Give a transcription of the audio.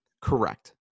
Correct